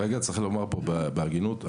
צריך לומר פה בהגינות,